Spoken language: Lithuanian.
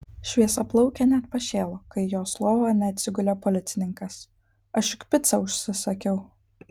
šviesiaplaukė net pašėlo kai į jos lovą neatsigulė policininkas aš juk picą užsisakiau